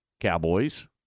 Cowboys